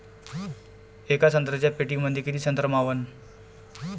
येका संत्र्याच्या पेटीमंदी किती संत्र मावन?